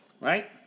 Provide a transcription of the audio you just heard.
right